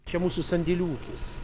čia mūsų sandėlių ūkis